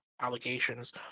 allegations